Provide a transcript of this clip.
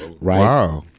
Right